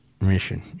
mission